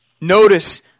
notice